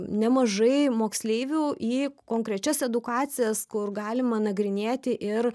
nemažai moksleivių į konkrečias edukacijas kur galima nagrinėti ir